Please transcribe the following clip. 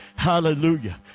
Hallelujah